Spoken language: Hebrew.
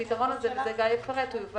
הפתרון הזה יובא